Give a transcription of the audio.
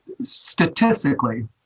statistically